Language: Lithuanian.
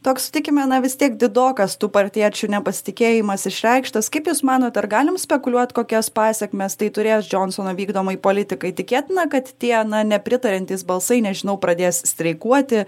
toks sutikime na vis tiek didokas tų partiečių nepasitikėjimas išreikštas kaip jūs manot ar galim spekuliuot kokias pasekmes tai turės džonsono vykdomai politikai tikėtina kad tie na nepritariantys balsai nežinau pradės streikuoti